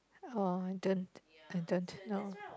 oh I don't I don't know